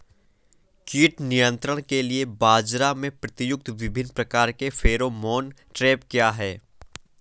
कीट नियंत्रण के लिए बाजरा में प्रयुक्त विभिन्न प्रकार के फेरोमोन ट्रैप क्या है?